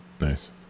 Nice